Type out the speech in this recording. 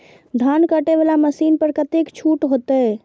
धान कटे वाला मशीन पर कतेक छूट होते?